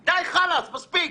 די, חאלס, מספיק.